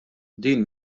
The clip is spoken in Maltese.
din